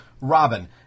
Robin